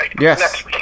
Yes